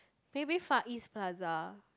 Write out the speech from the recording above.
maybe Far East Plaza